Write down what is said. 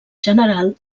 general